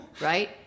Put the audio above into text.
Right